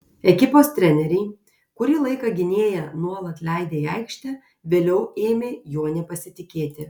ekipos treneriai kurį laiką gynėją nuolat leidę į aikštę vėliau ėmė juo nepasitikėti